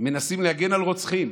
מנסים להגן על רוצחים